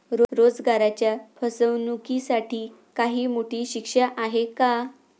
रोजगाराच्या फसवणुकीसाठी काही मोठी शिक्षा आहे का?